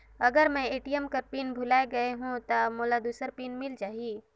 अगर मैं ए.टी.एम कर पिन भुलाये गये हो ता मोला दूसर पिन मिल जाही?